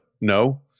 no